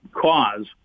cause